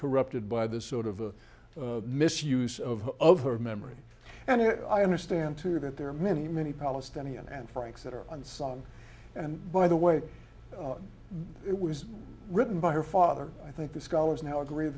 corrupted by this sort of misuse of of her memory and i understand too that there are many many palestinian and franks that are unsung and by the way it was written by her father i think the scholars now agree